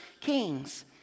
Kings